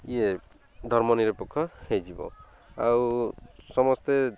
ଇଏ ଧର୍ମ ନିିରପକ୍ଷ ହେଇଯିବ ଆଉ ସମସ୍ତେ